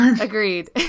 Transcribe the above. Agreed